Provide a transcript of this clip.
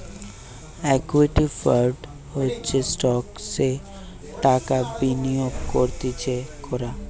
equity fund হচ্ছে স্টকসে টাকা বিনিয়োগ করতিছে কোরা